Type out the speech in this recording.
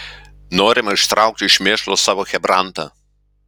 norima ištraukti iš mėšlo savo chebrantą